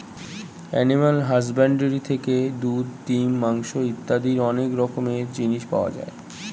animal husbandry থেকে দুধ, ডিম, মাংস ইত্যাদি অনেক রকমের জিনিস পাওয়া যায়